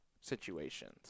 situations